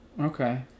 Okay